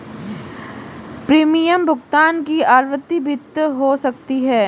premium भुगतान की आवृत्ति भिन्न हो सकती है